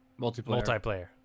multiplayer